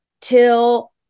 till